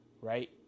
right